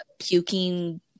puking